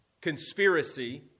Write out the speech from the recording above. conspiracy